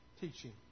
teaching